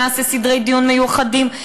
שנעשה סדרי דיון מיוחדים,